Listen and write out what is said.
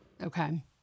Okay